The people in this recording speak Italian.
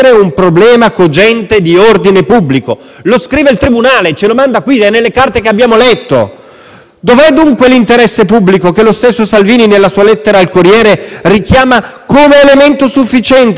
Dove è dunque l'interesse pubblico che lo stesso Salvini, nella sua lettera al «Corriere della Sera», richiama come elemento sufficiente per non concedere il via libera al processo, autoassolvendosi dopo aver per mesi sbandierato la tesi opposta?